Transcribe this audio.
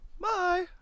Bye